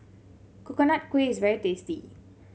Coconut Kuih is very tasty